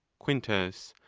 quintus.